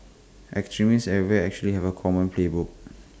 extremists everywhere actually have A common playbook